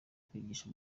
kwigisha